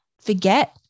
forget